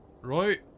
right